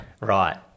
Right